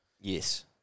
Yes